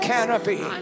Canopy